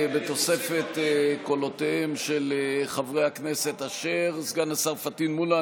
בתוספת קולותיהם של חברי הכנסת אשר וסגן השר פטין מולא.